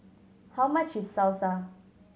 how much is Salsa